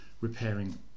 repairing